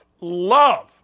love